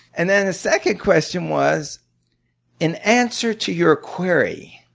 and then the second question was in answer to your query,